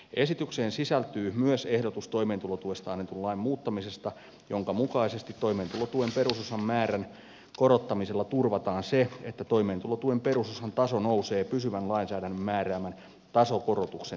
esitykseen sisältyy myös ehdotus toimeentulotuesta annetun lain muuttamisesta jonka mukaisesti toimeentulotuen perusosan määrän korottamisella turvataan se että toimeentulotuen perusosan taso nousee pysyvän lainsäädännön määräämän tasokorotuksen mukaisesti